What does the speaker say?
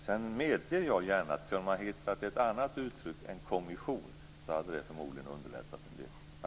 Sedan medger jag gärna att det förmodligen hade underlättat en del om man hade kunnat hitta ett annat uttryck än kommission.